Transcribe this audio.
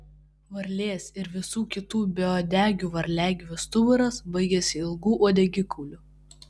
varlės ir visų kitų beuodegių varliagyvių stuburas baigiasi ilgu uodegikauliu